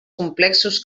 complexos